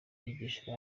yigisha